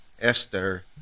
Esther